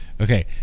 Okay